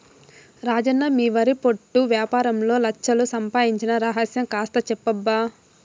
రాజన్న మీ వరి పొట్టు యాపారంలో లచ్ఛలు సంపాయించిన రహస్యం కాస్త చెప్పబ్బా